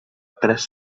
tres